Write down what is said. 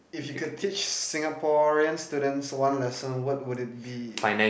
if you could teach Singaporean students one lesson what would it be